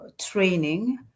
training